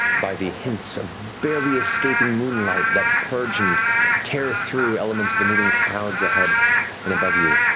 by the hints of barely escaping moonlight that purge and tear through elements of the moving clouds ahead and above you.